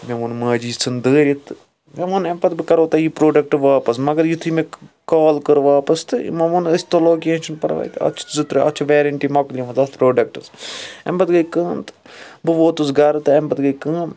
مےٚ وون ماجہِ یہِ ژھٕنۍ دٲرِتھ تہٕ مےٚ وون امہِ پَتہٕ بہٕ کَرہو تۄہہِ یہِ پروڈَکٹ واپَس مگر یُتُھے مےٚ یہِ کال کٔر واپَس تہٕ یِمَو وون ٲسۍ تُلو کینٛہہ چھُنہٕ پرواے تہٕ اَتھ چھِ زٕ ترٛےٚ ویرنٹِی مکلیمٕژ اتھ پروڈَکٹَس امہِ پَتہٕ گٔے کٲم تہٕ بہٕ ووتُس گَرٕ تہٕ امہِ پَتہٕ گٔے کٲم